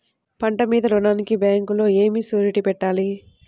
పంట మీద రుణానికి బ్యాంకులో ఏమి షూరిటీ పెట్టాలి?